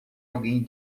alguém